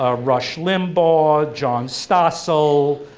ah rush limbaugh, john stossel